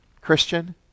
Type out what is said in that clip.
Christian